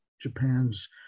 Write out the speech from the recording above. japan's